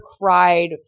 cried